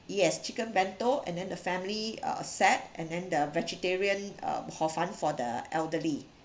yes chicken bento and then the family uh set and then the vegetarian uh horfun for the elderly